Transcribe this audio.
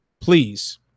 please